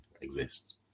exists